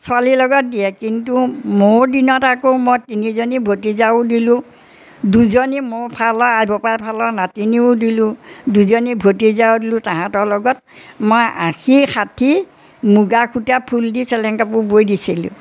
ছোৱালীৰ লগত দিয়ে কিন্তু মোৰ দিনত আকৌ মই তিনিজনী ভতিজাও দিলোঁ দুজনী মোৰ ফালৰ আই বোপাই ফালৰ নাতিনীও দিলোঁ দুজনী ভতিজাও দিলোঁ তাহাঁতৰ লগত মই আশী ষাঠি মুগা সূতা ফুল দি চেলেং কাপোৰ বৈ দিছিলোঁ